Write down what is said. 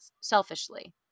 selfishly